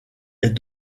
est